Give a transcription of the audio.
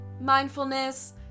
mindfulness